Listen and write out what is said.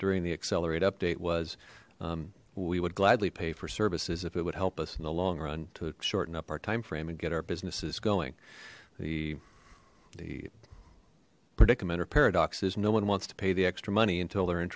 during the accelerated update was we would gladly pay for services if it would help us in the long run to shorten up our time frame and get our businesses going the the predicament or paradox is no one wants to pay the extra money until they're in